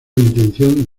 intención